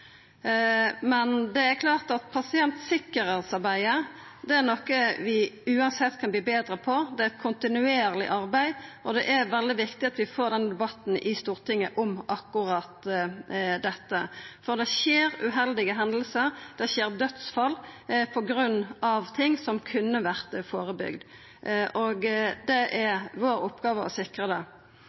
Men det er klart at pasientsikkerheitsarbeidet er noko vi uansett kan verta betre på. Det er eit kontinuerleg arbeid, og det er veldig viktig at vi får ein debatt i Stortinget om akkurat dette, for det skjer uheldige hendingar og dødsfall på grunn av ting som kunne vore førebygde, og det er vår oppgåve å sikra det.